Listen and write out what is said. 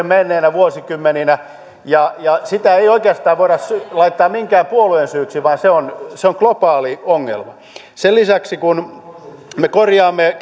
menneinä vuosikymmeninä ja sitä ei oikeastaan voida laittaa minkään puolueen syyksi vaan se on se on globaali ongelma sen lisäksi että me korjaamme